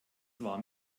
war